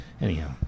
Anyhow